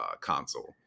console